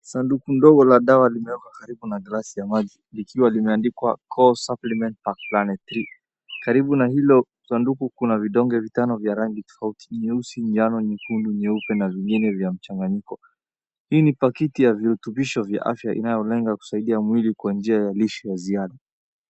Sanduku ndogo la dawa limeekwa karibu na glasi ya maji likiwa limeeandikwa core supplement pack planet three. Karibu na hilo sanduku kuna vidonge vitano vya rangi tofauti, nyeusi, njano, nyekundu, nyeupe na vingine vya mchanganyiko . Hii ni pakiti ya virutubisho vya afya inayolenga kusaidia mwili kwa njia ya lishe ya ziada.